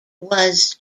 was